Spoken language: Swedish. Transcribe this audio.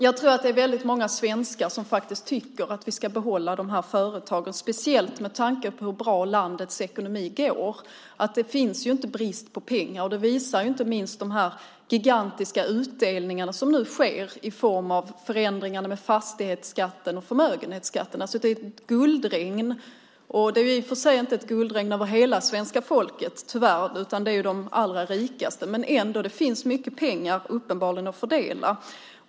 Jag tror att det är väldigt många svenskar som faktiskt tycker att vi ska behålla dessa företag, speciellt med tanke på hur bra landets ekonomi går. Det är ju inte brist på pengar. Det visar inte minst de gigantiska utdelningar som nu sker i form av förändringar av fastighetsskatten och förmögenhetsskatten. Det är alltså ett guldregn. Det är i och för sig inte ett guldregn över hela svenska folket, tyvärr, utan det handlar om de allra rikaste. Men det finns uppenbarligen mycket pengar att fördela.